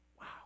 Wow